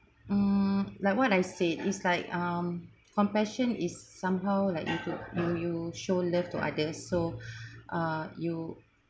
mm like what I said is like um compassion is somehow like you do you you show love to others so uh you